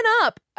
up